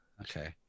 Okay